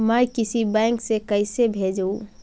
मैं किसी बैंक से कैसे भेजेऊ